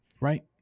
Right